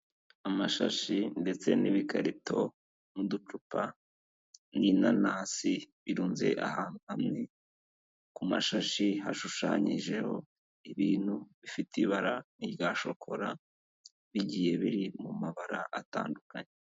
Amashashi ndetse n'ibikarito n'uducupa n'inanasi birunze ahantu hamwe, ku mashashi hashushanyijeho ibintu bifite ibara nk'irya shokora, bigiye biri mu mabara atandukanye.